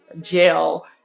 jail